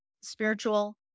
Spiritual